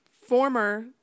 Former